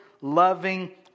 loving